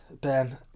Ben